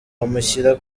bamushyira